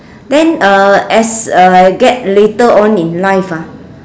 then uh as uh get later on in life ah